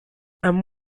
and